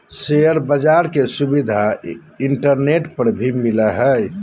share बाज़ार के सुविधा इंटरनेट पर भी मिलय हइ